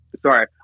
sorry